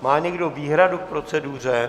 Má někdo výhradu k proceduře?